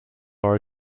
are